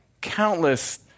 Countless